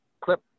clip